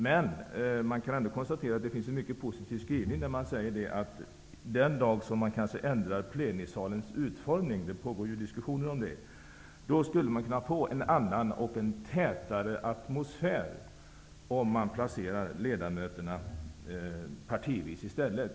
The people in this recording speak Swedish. Men man kan ändå konstatera att det finns en mycket positiv skrivning, där det sägs att den dag som man kanske ändrar plenisalens utformning -- det pågår ju diskussioner om det -- skulle man kunna få en annan och tätare atmosfär om man placerar ledamöterna partivis i stället.